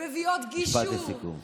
הן מביאות גישור, משפט לסיכום.